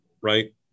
right